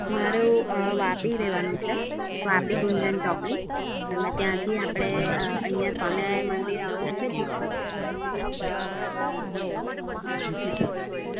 મારું વાપી રહેવાનું છે વાપી ગુંજન ચોકડી અને ત્યાંથી આપણે અહીંયા સ્વામિનારાયણ મંદિર આવવાનું છે તિથલ